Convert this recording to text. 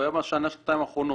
הוא היה מהשנה-שנתיים האחרונות,